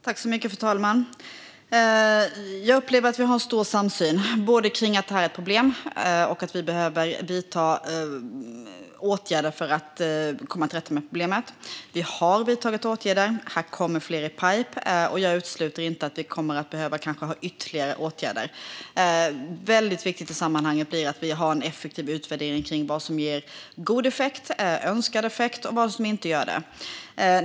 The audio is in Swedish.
Fru talman! Jag upplever att vi har en stor samsyn, både att detta är ett problem och att vi behöver vidta åtgärder för att komma till rätta med problemet. Vi har redan vidtagit åtgärder och fler ligger i pipeline. Jag utesluter inte att ytterligare åtgärder kan behövas. Väldigt viktigt i sammanhanget är att ha en effektiv utvärdering av vad som ger god och önskad effekt och vad som inte ger det.